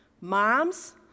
Moms